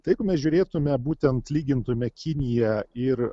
taip mes žiūrėtume būtent lygintume kiniją ir